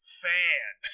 fan